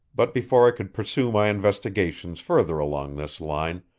but before i could pursue my investigations further along this line,